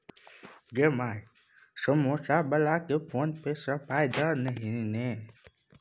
गै माय समौसा बलाकेँ फोने पे सँ पाय दए ना दही